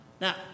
Now